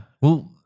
Well-